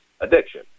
addiction